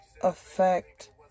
affect